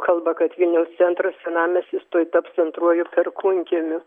kalba kad vilniaus centro senamiestis tuoj taps antruoju perkūnkiemiu